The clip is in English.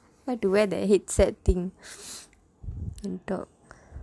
have to wear the headset thing and talk